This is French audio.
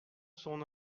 son